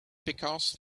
because